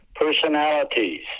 personalities